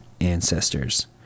ancestors